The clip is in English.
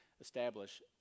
establish